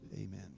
Amen